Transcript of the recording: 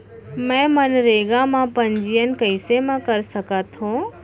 मैं मनरेगा म पंजीयन कैसे म कर सकत हो?